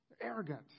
arrogant